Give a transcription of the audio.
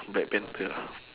black panther